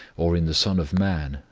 or in the son of man,